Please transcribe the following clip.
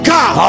God